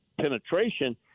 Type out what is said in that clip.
penetration